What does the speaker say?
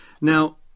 now